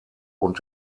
und